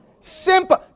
Simple